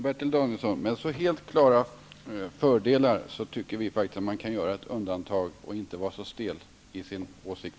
Herr talman! Med så helt klara fördelar, Bertil Danielsson, anser vi att man kan göra undantag och inte vara så stel i sin åsikt.